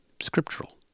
scriptural